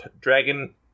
dragon